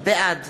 בעד